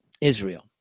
Israel